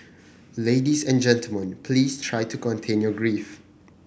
ladies and gentlemen please try to contain your grief